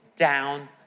down